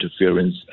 interference